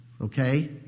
Okay